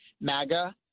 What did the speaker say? MAGA